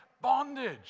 Bondage